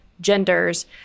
genders